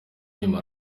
nyuma